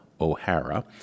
O'Hara